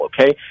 okay